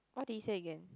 what did he say again